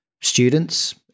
students